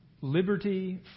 liberty